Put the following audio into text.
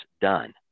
done